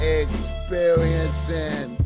experiencing